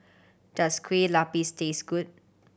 does Kueh Lapis taste good